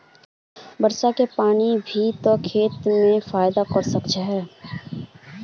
वर्षा के पानी भी ते खेत में फायदा कर सके है?